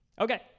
Okay